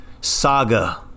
saga